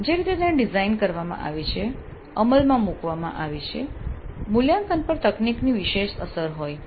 જે રીતે તેને ડિઝાઇન કરવામાં આવી છે અમલમાં મુકવામાં આવી છે મૂલ્યાંકન પર તકનીકની વિશેષ અસર હોય છે